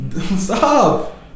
stop